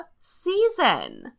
season